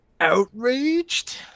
Outraged